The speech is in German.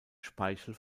speichel